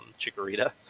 Chikorita